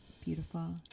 Beautiful